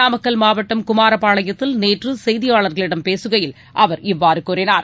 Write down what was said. நாமக்கல் மாவட்டம் குமாரபாளையத்தில் நேற்று செய்தியாளர்களிடம் பேசுகையில் அவர் இவ்வாறு கூறினார்